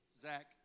Zach